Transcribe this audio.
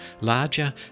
Larger